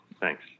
thanks